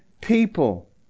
people